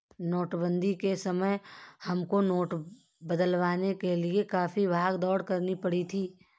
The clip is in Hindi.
नोटबंदी के समय हमको नोट बदलवाने के लिए काफी भाग दौड़ करनी पड़ी थी